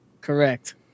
Correct